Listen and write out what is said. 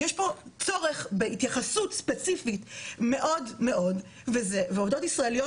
יש פה צורך בהתייחסות ספיציפית מאוד מאוד ועובדות ישראליות,